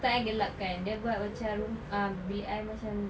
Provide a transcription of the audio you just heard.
curtain I gelap kan then buat macam rum~ ah bilik I macam